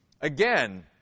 Again